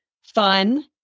fun